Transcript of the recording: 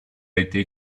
été